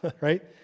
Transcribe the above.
right